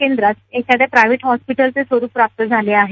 केंद्राला एखाद्या प्रायव्हेट हॉस्पीटलचं स्वरूप प्राप्त झालं आहे